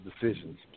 decisions